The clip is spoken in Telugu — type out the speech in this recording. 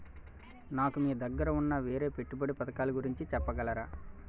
నాకు మీ దగ్గర ఉన్న వేరే పెట్టుబడి పథకాలుగురించి చెప్పగలరా?